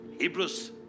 Hebrews